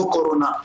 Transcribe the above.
לא קורונה,